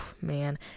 man